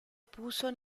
puso